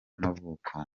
y’amavuko